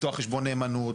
לפתוח חשבון נאמנות,